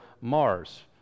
Mars